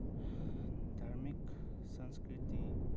धार्मिक संस्कृति